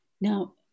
Now